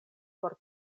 por